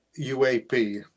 uap